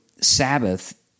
Sabbath